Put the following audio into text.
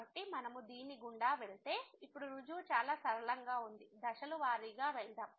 కాబట్టి మనము దీని గుండా వెళ్తే ఇప్పుడు రుజువు చాలా సరళంగా ఉంది దశల వారీగా వెళ్దాం